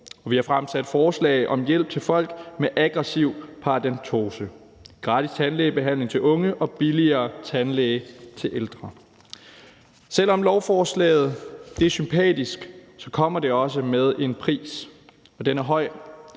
vi har fremsat forslag om hjælp til folk med aggressiv paradentose, gratis tandlægebehandling til unge og billigere tandlæge til ældre. Selv om lovforslaget er sympatisk, kommer det også med en pris, og den er høj,